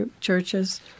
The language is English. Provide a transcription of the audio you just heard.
churches